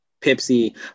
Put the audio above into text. Pepsi